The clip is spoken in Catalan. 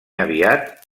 aviat